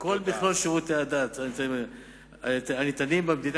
את כל מכלול שירותי הדת הניתנים במדינה